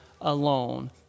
alone